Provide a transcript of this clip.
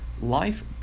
life